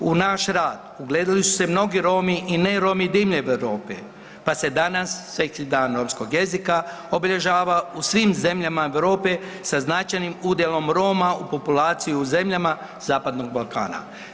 U naš rad ugledali su se mnogi Romi i ne Romi diljem Europe, pa se danas Svjetski dan romskog jezika obilježava u svim zemljama Europe sa značajnim udjelom Roma u populaciji u zemljama Zapadnog Balkana.